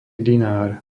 dinár